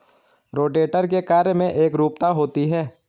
rotator के कार्य में एकरूपता होती है